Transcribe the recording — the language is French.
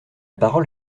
parole